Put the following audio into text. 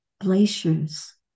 glaciers